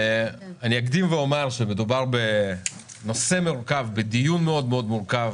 אני אקדים אומר כי מדובר מורכב ובדיון מאוד מאוד מורכב